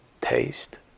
taste